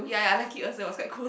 ya ya I like it also it was quite cool